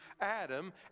Adam